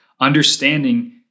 understanding